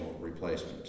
replacement